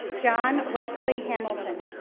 john wesley hamilton.